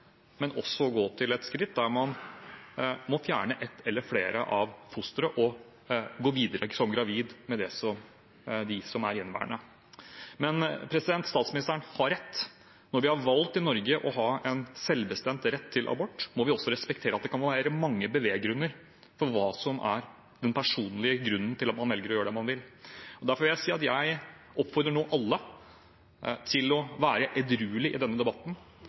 men også å gå til det skrittet der man må fjerne et eller flere fostre og gå videre gravid med de som er gjenværende. Statsministeren har rett – når vi i Norge har valgt å ha en selvbestemt rett til abort, må vi også respektere at det kan være mange beveggrunner for hva som er den personlige grunnen til at man velger å gjøre det man gjør. Derfor vil jeg si at jeg nå oppfordrer alle til å være edruelig i denne debatten.